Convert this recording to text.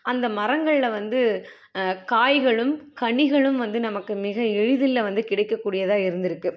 அந்த மரங்களில் வந்து காய்களும் கனிகளும் வந்து நமக்கு மிக எளிதில் வந்து கிடைக்கக்கூடியதாக இருந்துருக்குது